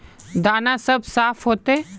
दाना सब साफ होते?